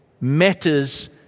matters